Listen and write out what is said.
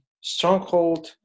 stronghold